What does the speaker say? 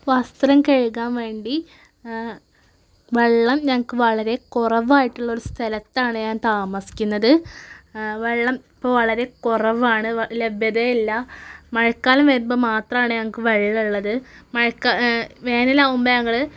വസ്ത്രം കഴുകാൻ വേണ്ടി വെള്ളം ഞങ്ങൾക്ക് വളരെ കുറവായിട്ടുള്ള ഒര്ഉ സ്ഥലത്താണ് ഞാൻ താമസിക്കുന്നത് വെള്ളം ഇപ്പോൾ വളരെ കുറവാണ് വെ ലഭ്യത ഇല്ല മഴക്കാലം വരുമ്പോൾ മാത്രം ആണ് ഞങ്ങൾക്ക് വെള്ളം ഉള്ളത് മഴക്കാ വേനലാവുമ്പം ഞങ്ങൾ